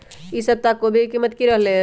ई सप्ताह कोवी के कीमत की रहलै?